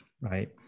right